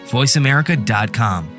VoiceAmerica.com